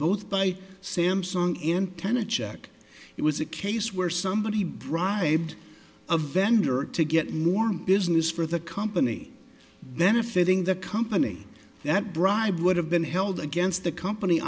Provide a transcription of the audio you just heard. both by samsung in ten a check it was a case where somebody bribed a vendor to get more business for the company benefiting the company that bribe would have been held against the company